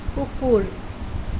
কুকুৰ